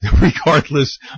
regardless